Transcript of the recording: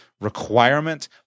requirement